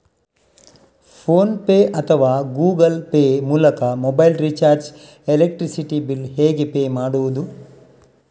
Phone pay ಅಥವಾ Google Pay ಮೂಲಕ mobile recharge, electricity bill ಹೇಗೆ ಪೇ ಮಾಡುವುದು?